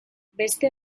beste